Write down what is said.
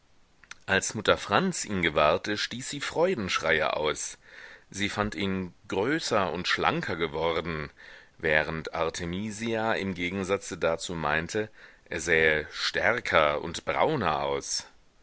als mutter franz ihn gewahrte stieß sie freudenschreie aus sie fand ihn größer und schlanker geworden während artemisia im gegensatze dazu meinte er sähe stärker und brauner aus